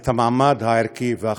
את המעמד הערכי והחשוב.